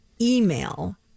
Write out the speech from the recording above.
email